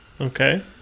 Okay